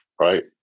right